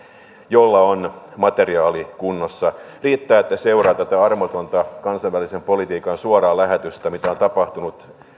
jolla on materiaali kunnossa riittää että seuraa tätä armotonta kansainvälisen politiikan suoraa lähetystä mitä on tapahtunut